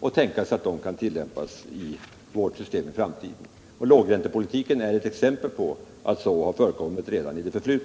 och tänka sig att de kan tillämpas i vårt system i framtiden. Lågräntepolitiken är ett exempel på att så har skett redan i det förflutna.